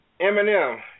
Eminem